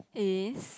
is